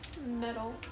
Metal